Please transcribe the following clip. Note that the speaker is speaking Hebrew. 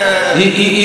תראו,